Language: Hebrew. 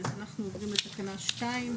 אנחנו עוברים לתקנה 2,